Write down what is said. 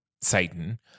Satan